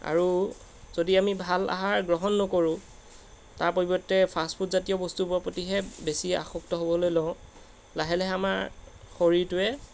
আৰু যদি আমি ভাল আহাৰ গ্ৰহণ নকৰোঁ তাৰ পৰিৱৰ্তে ফাষ্টফুডজাতীয় বস্তুবোৰৰ প্ৰতিহে বেছি আসক্ত হ'বলৈ লওঁ লাহে লাহে আমাৰ শৰীৰটোৱে